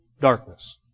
darkness